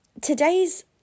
today's